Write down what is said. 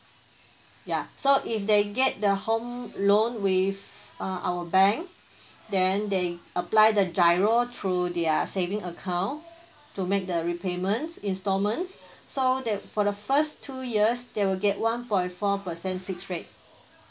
ya so if they get the home loan with uh our bank then they apply the GIRO through their saving account to make the repayments installments so that for the first two years they will get one point four percent fixed rate